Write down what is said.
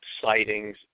sightings